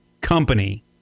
company